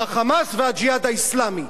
עם ה"חמאס" ו"הג'יהאד האסלאמי".